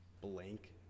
blank